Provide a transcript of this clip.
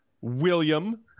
William